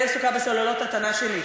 אני עסוקה בסוללות ההטענה שלי.